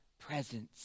presence